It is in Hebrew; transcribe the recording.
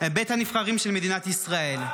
בית הנבחרים של מדינת ישראל.